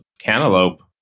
Cantaloupe